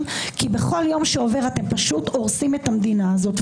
כי בכל יום שעובר אתם הורסים את המדינה הזו.